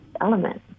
element